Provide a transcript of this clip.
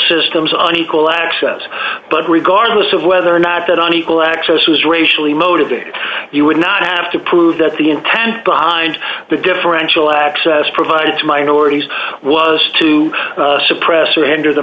systems on equal access but regardless of whether or not an equal access was racially motivated you would not have to prove that the intent behind the differential access provided to minorities was to suppress or enter the